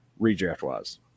redraft-wise